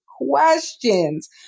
questions